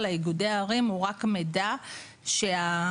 על היתר פליטה של שבע שנים.